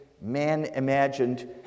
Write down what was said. man-imagined